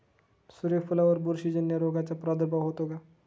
सूर्यफुलावर बुरशीजन्य रोगाचा प्रादुर्भाव होतो का?